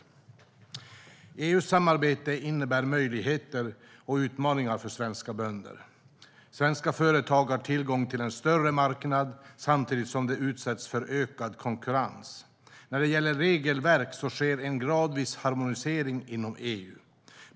EU-samarbetet innebär möjligheter och utmaningar för svenska bönder. Svenska företag har tillgång till en större marknad samtidigt som de utsätts för ökad konkurrens. När det gäller regelverk sker en gradvis harmonisering inom EU.